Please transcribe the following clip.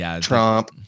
Trump